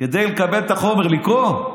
כדי לקבל את החומר, לקרוא.